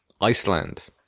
Iceland